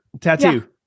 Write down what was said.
Tattoo